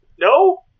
No